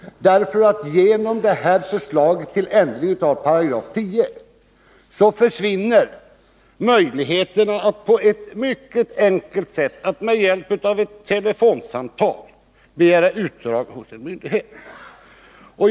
På grund av det här förslaget om ändring av 10 § försvinner möjligheterna att på ett mycket enkelt sätt, med hjälp av ett telefonsamtal, begära utdrag hos en myndighet.